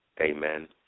Amen